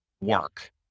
work